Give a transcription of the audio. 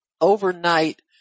overnight